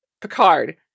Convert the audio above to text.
Picard